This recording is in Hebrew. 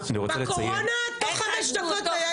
בקורונה תוך חמש דקות היה איזוק.